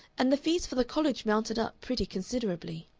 and the fees for the college mounted up pretty considerably.